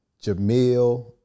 Jamil